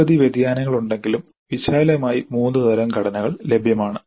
നിരവധി വ്യതിയാനങ്ങൾ ഉണ്ടെങ്കിലും വിശാലമായി മൂന്ന് തരം ഘടനകൾ ലഭ്യമാണ്